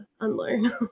unlearn